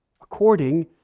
according